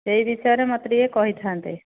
ସେହି ବିଷୟରେ ମୋତେ ଟିକେ କହିଥାନ୍ତେ